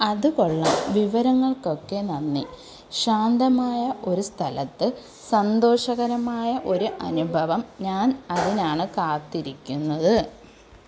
അത് കൊള്ളാം വിവരങ്ങൾക്കൊക്കെ നന്ദി ശാന്തമായ ഒരു സ്ഥലത്ത് സന്തോഷകരമായ ഒരു അനുഭവം ഞാൻ അതിനാണ് കാത്തിരിക്കുന്നത്